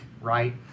right